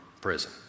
prison